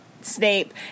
Snape